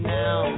now